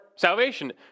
Salvation